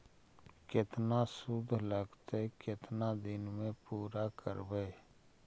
केतना शुद्ध लगतै केतना दिन में पुरा करबैय?